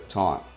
time